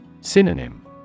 Synonym